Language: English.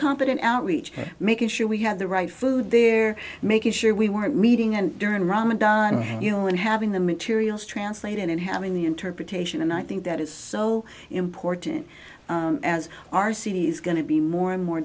competent outreach making sure we have the right food there making sure we weren't meeting and during ramadan you know and having the materials translate and having the interpretation and i think that is so important as our city is going to be more and more